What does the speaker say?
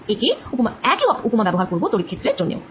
একই উপমা ব্যবহার করব তড়িৎ ক্ষেত্রের জন্যেও